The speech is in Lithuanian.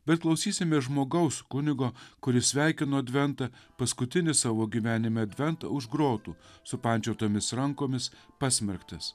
bet klausysimės žmogaus kunigo kuris sveikino adventą paskutinį savo gyvenime adventą už grotų supančiotomis rankomis pasmerktas